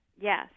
yes